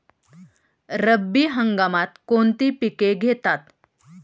रब्बी हंगामात कोणती पिके घेतात?